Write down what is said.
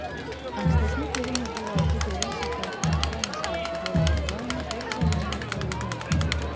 ankstesni tyrimai buvo aptikę ryšį tarp chroniško alkoholio vartojimo ir žarnyno pralaidumo